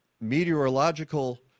meteorological